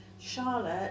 Charlotte